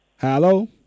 Hello